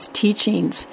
teachings